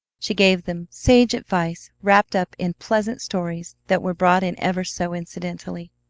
she gave them sage advice wrapped up in pleasant stories that were brought in ever so incidentally.